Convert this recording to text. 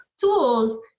tools